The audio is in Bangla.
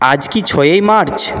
আজ কি ছয়ই মার্চ